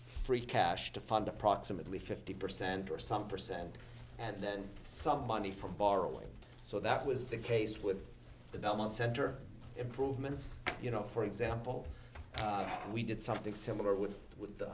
free cash to fund approximately fifty percent or some percent and then some money from borrowing so that was the case with the belmont center improvements you know for example we did something similar with with the